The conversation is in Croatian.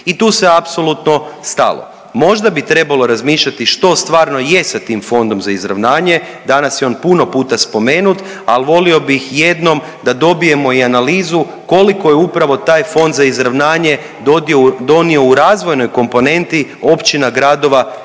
i tu se apsolutno stalo. Možda bi trebalo razmišljati što stvarno je sa tim Fondom za izravnanje, danas je on puno puta spomenut, al volio bih jednom da dobijemo i analizu koliko je upravo taj Fond za izravnanje donio u razvojnoj komponenti općina, gradova